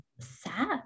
sad